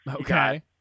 Okay